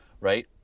right